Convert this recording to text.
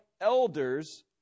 elders